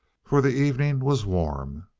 for the evening was, warm.